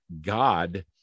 god